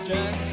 Jack